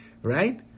Right